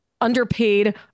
underpaid